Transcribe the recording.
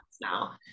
now